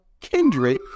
Kindred